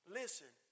listen